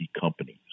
companies